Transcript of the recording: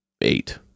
eight